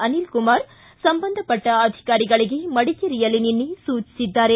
ಅನಿಲ್ ಕುಮಾರ್ ಸಂಬಂಧಪಟ್ಟ ಅಧಿಕಾರಿಗಳಗೆ ಮಡಿಕೇರಿಯಲ್ಲಿ ನಿನ್ನೆ ಸೂಚಿಸಿದ್ದಾರೆ